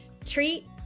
treat